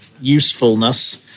usefulness